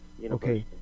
okay